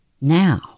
Now